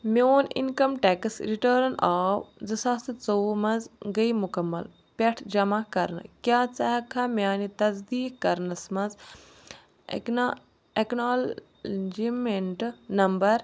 میٛون income tax return آو زٕ ساس تہٕ ژوٚوُہ منٛز گٔے مکمل پٮ۪ٹھ جمع کرنہٕ کیٛاہ ژٕ ہیٚکہِ کھا میٛانہِ تصدیٖق کرنَس منٛز اکنا ایٚکنالیجمیٚنٛٹ نمبر